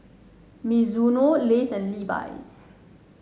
Mizuno Lays and Levi's